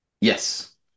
Yes